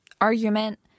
argument